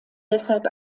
deshalb